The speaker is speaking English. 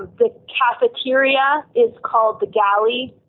ah the cafeteria is called the galley.